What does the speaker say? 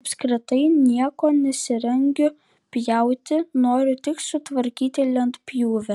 apskritai nieko nesirengiu pjauti noriu tik sutvarkyti lentpjūvę